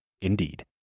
Indeed